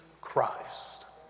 Christ